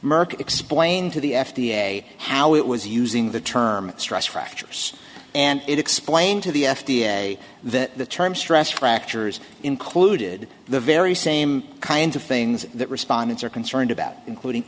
merck explained to the f d a how it was using the term stress fractures and it explained to the f d a that term stress fractures included the very same kinds of things that respondents are concerned about including